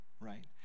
right